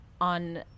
on